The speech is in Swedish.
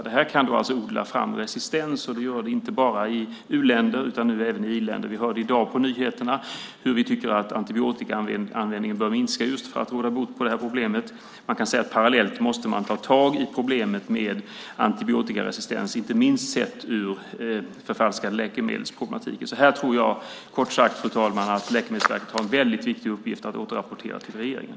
Det kan odla fram resistens, och det gör det inte bara i u-länder utan nu även i i-länder. Vi hörde i dag på nyheterna hur man tycker att antibiotikaanvändningen bör minska just för att råda bot på det problemet. Man kan säga att man parallellt måste ta tag i problemet med antibiotikaresistens, inte minst med tanke på problematiken med förfalskade läkemedel. Jag tror kort sagt, fru talman, att Läkemedelsverket här har en viktig uppgift i att återrapportera till regeringen.